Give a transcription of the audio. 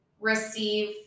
receive